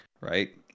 Right